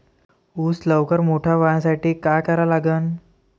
ऊस लवकर मोठा व्हासाठी का करा लागन?